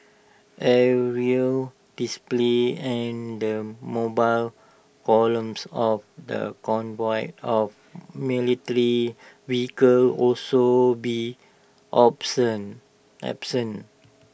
aerial displays and the mobile columns of the convoy of vehicles also be absent